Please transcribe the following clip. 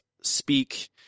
speak